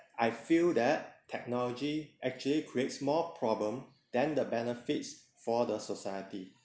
I feel that technology actually creates more problem than the benefits for the society